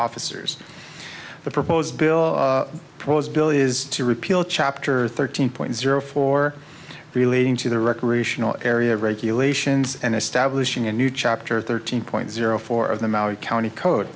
officers the proposed bill proposed bill is to repeal chapter thirteen point zero four relating to the recreational area regulations and establishing a new chapter thirteen point zero four of them our county code